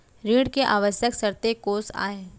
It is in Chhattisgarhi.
ऋण के आवश्यक शर्तें कोस आय?